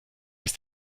ist